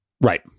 Right